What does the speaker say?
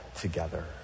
together